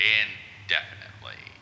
indefinitely